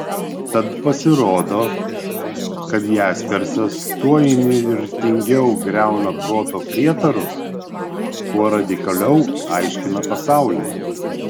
tad pasirodo kad jaspersas tuo įnirtingiau griauna proto prietarus kuo radikaliau aiškina pasaulį